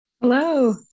hello